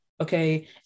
okay